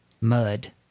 Mud